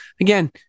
Again